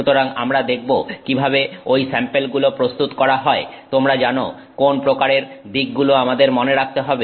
সুতরাং আমরা দেখবো কিভাবে ঐ স্যাম্পেল গুলো প্রস্তুত করা হয় তোমরা জানো কোন প্রকারের দিকগুলো আমাদের মনে রাখতে হবে